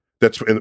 thats